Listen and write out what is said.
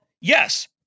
yes